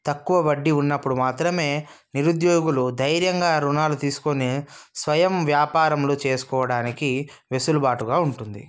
తక్కువ వడ్డీ ఉన్నప్పుడు మాత్రమే నిరుద్యోగులు ధైర్యంగా రుణాలు తీసుకొని స్వయం వ్యాపారంలో చేసుకోవడానికి వెసులుబాటుగా ఉంటుంది